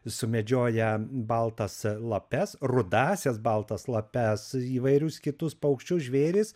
sumedžioja baltas lapes rudąsias baltas lapes įvairius kitus paukščius žvėris